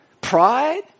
pride